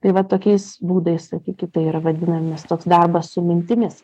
tai va tokiais būdais sakykit yra vadinamas toks darbas su mintimis